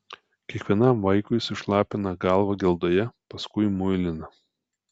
kiekvienam vaikui sušlapina galvą geldoje paskui muilina